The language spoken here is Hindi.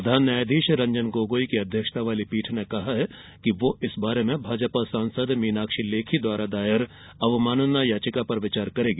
प्रधान न्यायाधीश रंजन गोगोई की अध्यक्षता वाली पीठ ने कहा कि वह इस बारे में भाजपा सांसद मीनाक्षी लेखी द्वारा दायर अवमानना याचिका पर विचार करेगी